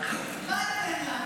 טלי.